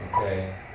Okay